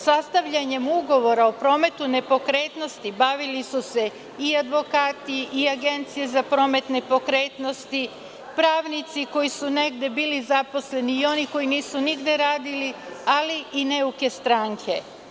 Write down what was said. Sastavljanjem ugovora o prometu nepokretnosti bavili su se i advokati i agencije za promet nepokretnosti, pravnici koji su negde bili zaposleni i oni koji nisu nigde radili, ali i neuke stranke.